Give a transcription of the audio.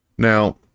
Now